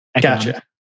Gotcha